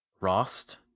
Rost